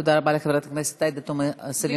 תודה רבה לחברת הכנסת עאידה תומא סלימאן.